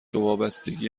وابستگی